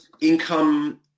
income